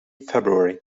february